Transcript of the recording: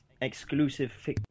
exclusive